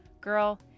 Girl